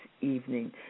evening